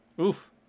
Oof